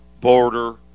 border